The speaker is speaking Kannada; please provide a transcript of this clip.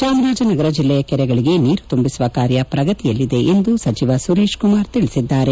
ಚಾಮರಾಜನಗರ ಜಿಲ್ಲೆಯ ಕೆರೆಗಳಿಗೆ ನೀರು ತುಂಬಿಸುವ ಕಾರ್ಯ ಪ್ರಗತಿಯಲ್ಲಿದೆ ಎಂದು ಸಚಿವ ಸುರೇಶ್ಕುಮಾರ್ ತಿಳಿಸಿದ್ದಾರೆ